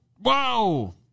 Whoa